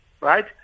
right